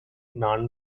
non